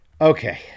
Okay